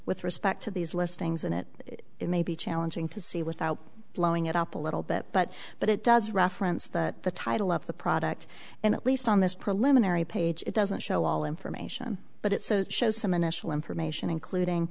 with respect to these listings and it it may be challenging to see without blowing it up a little bit but but it does reference that the title of the product and at least on this preliminary page it doesn't show all information but it so it shows some initial information including